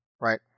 right